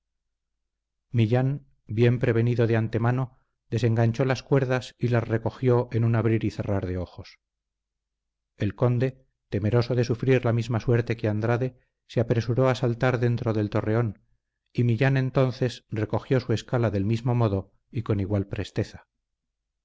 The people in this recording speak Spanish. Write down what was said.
millán bien prevenido de antemano desenganchó las cuerdas y las recogió en un abrir y cerrar de ojos el conde temeroso de sufrir la misma suerte que andrade se apresuró a saltar dentro del torreón y millán entonces recogió su escala del mismo modo y con igual presteza